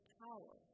power